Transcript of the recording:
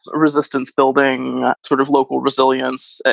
resistance, building sort of local resilience,